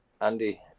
Andy